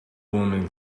woman